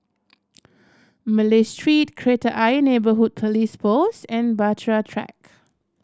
Malay Street Kreta Ayer Neighbourhood Police Post and Bahtera Track